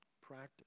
practice